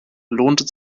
lohnt